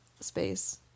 space